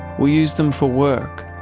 we use them for work.